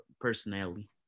personality